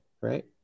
right